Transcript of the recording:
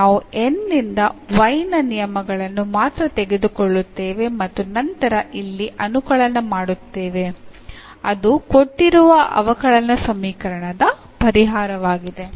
ನಾವು N ನಿಂದ y ನ ನಿಯಮಗಳನ್ನು ಮಾತ್ರ ತೆಗೆದುಕೊಳ್ಳುತ್ತೇವೆ ಮತ್ತು ನಂತರ ಇಲ್ಲಿ ಅನುಕಲನ ಮಾಡುತ್ತೇವೆ ಅದು ಕೊಟ್ಟಿರುವ ಅವಕಲನ ಸಮೀಕರಣದ ಪರಿಹಾರವಾಗಿದೆ